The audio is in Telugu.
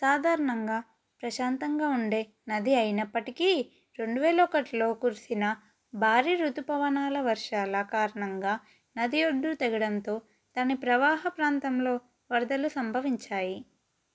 సాధారణంగా ప్రశాంతంగా ఉండే నది అయినప్పటికీ రెండువేల ఒకట్లో కురిసిన భారీ రుతుపవనాల వర్షాల కారణంగా నది ఒడ్డు తెగడంతో దాని ప్రవాహ ప్రాంతంలో వరదలు సంభవించాయి